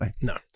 No